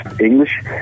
English